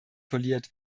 poliert